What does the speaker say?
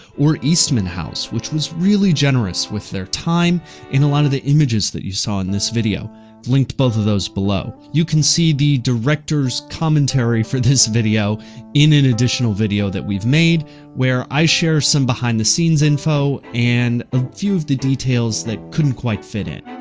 or eastman house, which was really generous with their time and a lot of the images that you saw in this video. i've linked both of those below. you can see the director's commentary for this video in an additional video that we've made where i share some behind-the-scenes info and a few of the details that couldn't quite fit in.